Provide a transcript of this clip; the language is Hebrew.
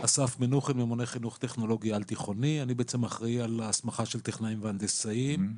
אני בעצם אחראי על ההסמכה של טכנאים והנדסאים.